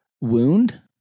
wound